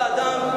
אתה אדם,